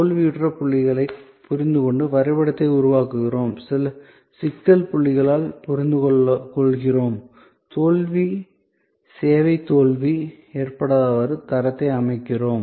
தோல்வியுற்ற புள்ளிகளைப் புரிந்துகொண்டு வரைபடத்தை உருவாக்குகிறோம் சிக்கல் புள்ளிகளால் புரிந்துகொள்கிறோம் தோல்வி சேவை தோல்வி ஏற்படாதவாறு தரத்தை அமைக்கிறோம்